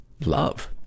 love